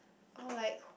oh like